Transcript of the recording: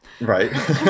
Right